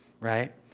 Right